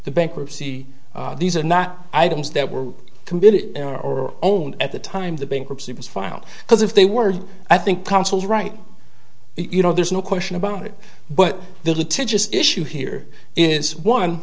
the bankruptcy these are not items that were committed or own at the time the bankruptcy was filed because if they were i think counsel right you know there's no question about it but the litigious issue here is one